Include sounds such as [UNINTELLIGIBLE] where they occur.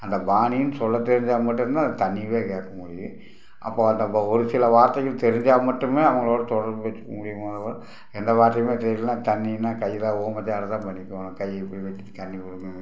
அந்த பாணினு சொல்ல தெரிஞ்சால் மட்டுந்தான் அந்த தண்ணியவே கேட்க முடியும் அப்போ நம்ம ஒரு சில வார்த்தைகள் தெரிஞ்சால் மட்டுமே அவங்களோட தொடர்பு வச்சிக்க முடியும் [UNINTELLIGIBLE] எந்த வார்த்தையுமே தெர்யலேன்னா தண்ணினால் கையில் ஊமை ஜாடைதான் பண்ணிக்கணும் கை இப்படி வச்சிகிட்டு தண்ணி கொடுங்கோன்னு